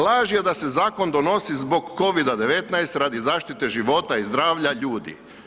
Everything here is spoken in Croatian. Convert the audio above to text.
Laž je da se zakon donosi zbog covida-19 radi zaštite života i zdravlja ljudi.